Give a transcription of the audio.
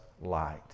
light